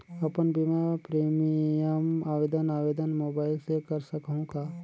अपन बीमा प्रीमियम आवेदन आवेदन मोबाइल से कर सकहुं का?